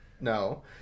No